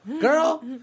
Girl